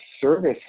service